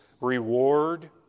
reward